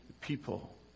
people